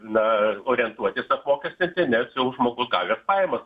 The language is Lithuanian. na orientuotis apmokestinti nes jau žmogus gavęs pajamas